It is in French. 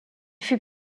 fut